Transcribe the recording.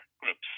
groups